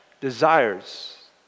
desires